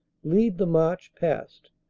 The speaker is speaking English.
lead the march past,